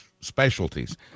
specialties